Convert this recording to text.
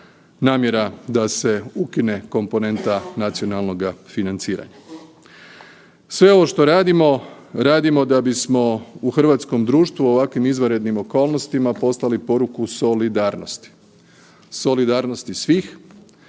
namjera da se ukine komponenta nacionalnoga financiranja. Sve ovo što radimo radimo da bismo u hrvatskom društvu u ovakvim izvanrednim okolnostima poslali poruku solidarnosti, solidarnosti svih.